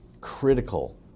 critical